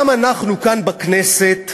גם אנחנו כאן בכנסת,